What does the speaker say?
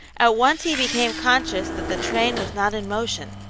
at once he became conscious that the train was not in motion,